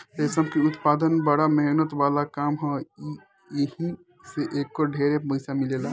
रेशम के उत्पदान बड़ा मेहनत वाला काम ह एही से एकर ढेरे पईसा मिलेला